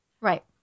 Right